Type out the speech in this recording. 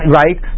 right